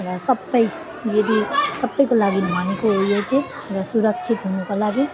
र सबै यदि सबैको लागि भनेको हो यो चाहिँ र सुरक्षित हुनुको लागि